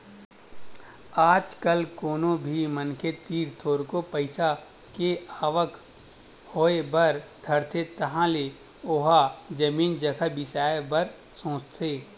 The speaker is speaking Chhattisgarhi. आज कल कोनो भी मनखे तीर थोरको पइसा के बने आवक होय बर धरथे तहाले ओहा जमीन जघा बिसाय के सोचथे